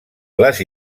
les